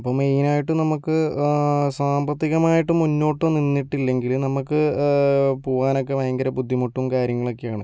അപ്പോൾ മെയിനായിട്ടും നമുക്ക് സാമ്പത്തികമായിട്ട് മുന്നോട്ട് നിന്നിട്ടിലെങ്കില് നമുക്ക് പോകാനൊക്കെ ഭയങ്കര ബുദ്ധിമുട്ടും കാര്യങ്ങളൊക്കെ ആണ്